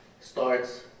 starts